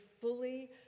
fully